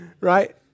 Right